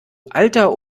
alter